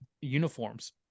uniforms